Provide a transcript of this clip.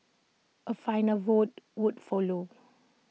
A final vote would follow